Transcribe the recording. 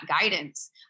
guidance